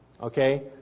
Okay